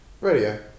Radio